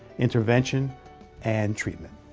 intervention and treatment.